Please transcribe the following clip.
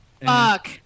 Fuck